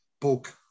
book